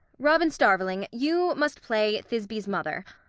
robin starveling, you must play thisby's mother.